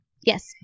Yes